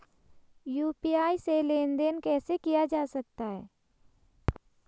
UPI से लेनदेन कैसे किया जा सकता है?